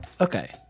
Okay